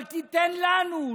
אבל תן לנו,